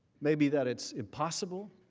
maybe that it's impossible.